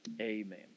amen